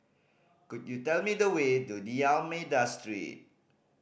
could you tell me the way to D'Almeida Street